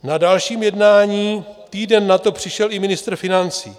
Na další jednání týden nato přišel i ministr financí.